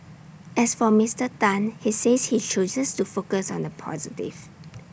as for Mister Tan he says he chooses to focus on the positive